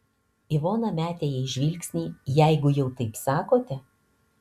ivona metė jai žvilgsnį jeigu jau taip sakote